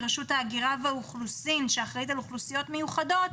רשות הגירה והאוכלוסין שאחראית על אוכלוסיות מיוחדות